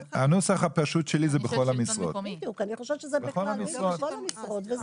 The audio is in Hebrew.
הנוסח הפשוט שלי הוא: "בכל המשרות".